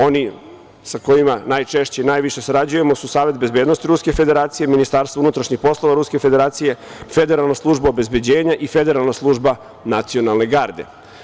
Oni sa kojima najčešće i najviše sarađujemo su Savet bezbednosti Ruske Federacije, Ministarstvo unutrašnjih poslova Ruske Federacije, Federalna služba obezbeđenja i Federalna služba Nacionalne garde.